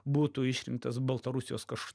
būtų išrinktas baltarusijos kaž